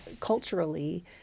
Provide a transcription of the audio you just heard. culturally